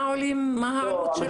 מה העלות?